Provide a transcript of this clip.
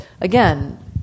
again